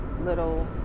little